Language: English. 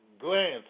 glance